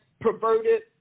perverted